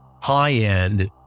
high-end